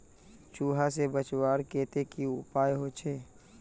चूहा से बचवार केते की उपाय होचे?